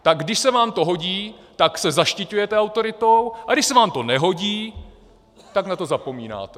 Tak když se vám to hodí, tak se zaštiťujete autoritou, a když se vám to nehodí, tak na to zapomínáte.